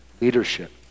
leadership